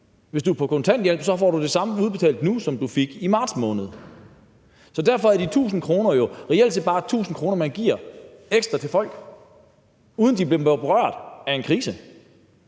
Hvis du er på kontanthjælp, får du det samme udbetalt nu, som du fik udbetalt i marts måned. Så derfor er de 1.000 kr. reelt set bare 1.000 kr., man giver ekstra til folk, uden at de er blevet berørt af en krise.